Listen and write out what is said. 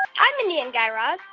hi, mindy and guy raz.